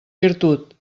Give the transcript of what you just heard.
virtut